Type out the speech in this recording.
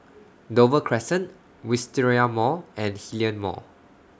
Dover Crescent Wisteria Mall and Hillion Mall